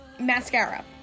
mascara